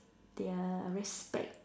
their respect